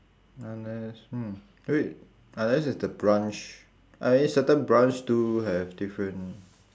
unless hmm wait unless it's the branch I mean certain branch do have different